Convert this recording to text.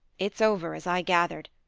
it's over, as i gathered.